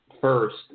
first